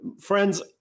friends